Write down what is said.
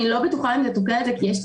אני לא בטוחה אם זה תוקע את הערר כי יש את